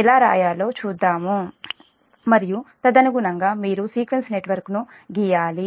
ఎలా రాయాలో చూద్దాము మరియు తదనుగుణంగా మీరు సీక్వెన్స్ నెట్వర్క్ను గీయాలి